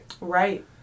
right